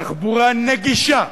תחבורה נגישה,